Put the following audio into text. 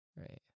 Right